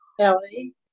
Ellie